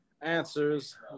answers